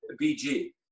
BG